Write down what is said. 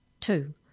two